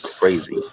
Crazy